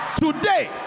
today